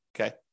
Okay